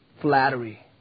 flattery